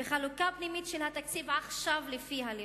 וחלוקה פנימית של התקציב, עכשיו, לפי הלאום.